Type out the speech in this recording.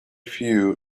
few